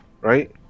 right